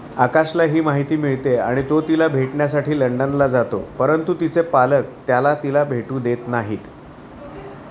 आकाशला ही माहिती मिळते आणि तो तिला भेटण्यासाठी लंडनला जातो परंतु तिचे पालक त्याला तिला भेटू देत नाहीत